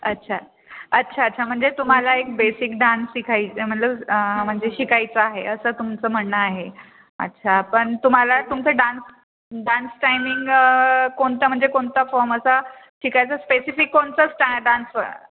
अच्छा अच्छा अच्छा म्हणजे तुम्हाला एक बेसिक डान्स शिकायचं मतलब म्हणजे शिकायचं आहे असं तुमचं म्हणणं आहे अच्छा पण तुम्हाला तुमचं डान्स डान्स टायमिंग कोणता म्हणजे कोणता फॉम असा शिकायचा स्पेसिफिक कोणचा स्टा डान्स फा